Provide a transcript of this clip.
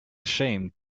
ashamed